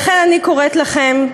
לכן אני קוראת לכם,